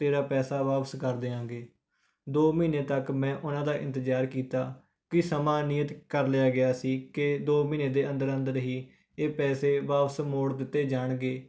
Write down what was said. ਤੇਰਾ ਪੈਸਾ ਵਾਪਸ ਕਰ ਦਿਆਂਗੇ ਦੋ ਮਹੀਨੇ ਤੱਕ ਮੈਂ ਉਹਨਾਂ ਦਾ ਇੰਤਜ਼ਾਰ ਕੀਤਾ ਕਿ ਸਮਾਂ ਨਿਯਤ ਕਰ ਲਿਆ ਗਿਆ ਸੀ ਕਿ ਦੋ ਮਹੀਨੇ ਦੇ ਅੰਦਰ ਅੰਦਰ ਹੀ ਇਹ ਪੈਸੇ ਵਾਪਸ ਮੋੜ ਦਿੱਤੇ ਜਾਣਗੇ